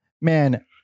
man